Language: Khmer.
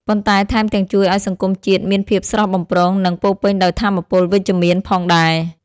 ប៉ុន្តែថែមទាំងជួយឱ្យសង្គមជាតិមានភាពស្រស់បំព្រង និងពោរពេញដោយថាមពលវិជ្ជមានផងដែរ។